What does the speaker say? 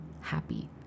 happy